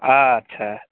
अच्छा